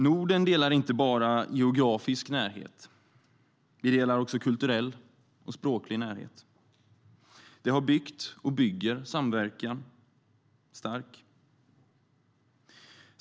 Norden delar inte bara geografisk närhet, utan vi delar också kulturell och språklig närhet. Det har byggt och bygger samverkan stark.